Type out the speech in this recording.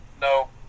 no